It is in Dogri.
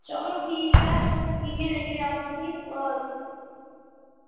चलो ठीक ऐ तुस किटयां लैगे अंटऊ तुसें ई